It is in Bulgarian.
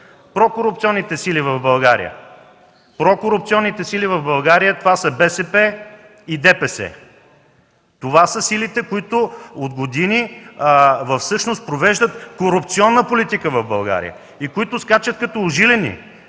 прокорупционните сили в България са БСП и ДПС. Това са силите, които всъщност от години провеждат корупционна политика в България и които скачат като ужилени,